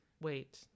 wait